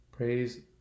Praise